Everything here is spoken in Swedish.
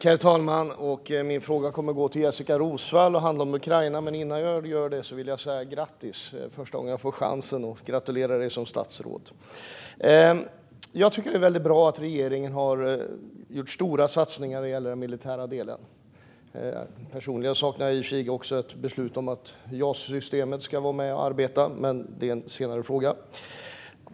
Herr talman! Min fråga kommer att gå till Jessika Roswall och handla om Ukraina, men innan jag ställer den vill jag säga grattis - det är första gången jag får chansen att gratulera dig till statsrådsposten. Jag tycker att det är väldigt bra att regeringen har gjort stora satsningar när det gäller den militära delen. Personligen saknar jag i och för sig ett beslut om att också Jas-systemet ska vara med, men det är en senare fråga.